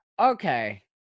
Okay